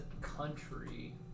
country